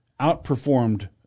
outperformed